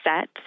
set